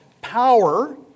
power